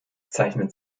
zeichnet